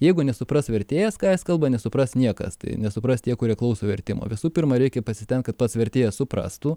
jeigu nesupras vertėjas ką jis kalba nesupras niekas nesupras tie kurie klauso vertimo visų pirma reikia pasistengt kad pats vertėjas suprastų